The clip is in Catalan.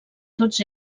tots